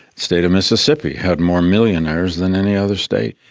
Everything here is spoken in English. state of mississippi had more millionaires than any other state.